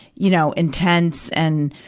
you know, intense and,